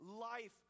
life